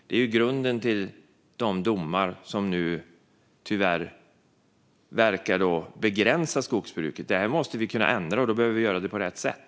Det är ju grunden till de domar som nu tyvärr verkar begränsa skogsbruket. Det här måste vi kunna ändra, och då behöver vi göra det på rätt sätt.